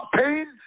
pain